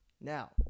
Now